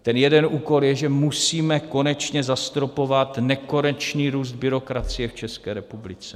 Ten jeden úkol je, že musíme konečně zastropovat nekonečný růst byrokracie v České republice.